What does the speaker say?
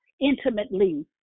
intimately